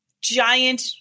giant